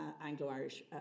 Anglo-Irish